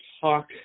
talk